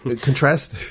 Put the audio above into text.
Contrast